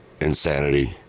insanity